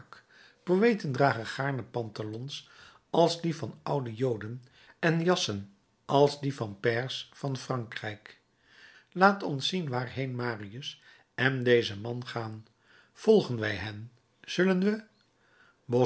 poëten dragen gaarne pantalons als die van oude joden en jassen als die van pairs van frankrijk laat ons zien waarheen marius en deze man gaan volgen wij hen